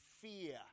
fear